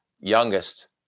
youngest